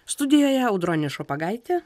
studijoje audronė šopagaitė